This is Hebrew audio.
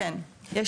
שלבים שלוש וארבע?